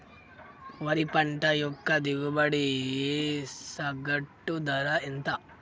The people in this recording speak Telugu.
వరి పంట యొక్క దిగుబడి సగటు ధర ఎంత?